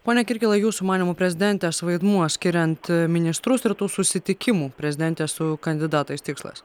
pone kirkilai jūsų manymu prezidentės vaidmuo skiriant ministrus ir tų susitikimų prezidentės su kandidatais tikslas